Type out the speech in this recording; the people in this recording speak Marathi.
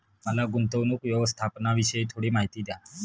मला गुंतवणूक व्यवस्थापनाविषयी थोडी माहिती द्या